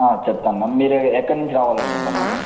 చెప్తాం మ్యామ్ మీరు ఎక్కడ నుంచి రావాలనుకుంటున్నారు మ్యామ్